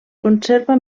conserva